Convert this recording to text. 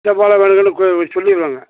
செவ்வாழை வேணுங்கன்னு கொ சொல்லிடுவோங்க